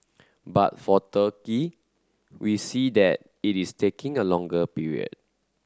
but for Turkey we see that it is taking a longer period